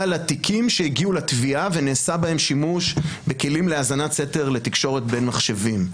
לתיקים שהגיעו לתביעה ונעשה בהם שימוש להאזנת סתר לתקשורת בין מחשבים.